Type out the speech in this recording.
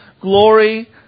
glory